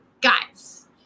guys